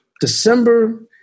December